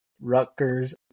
Rutgers